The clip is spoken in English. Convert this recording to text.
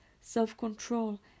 self-control